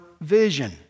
vision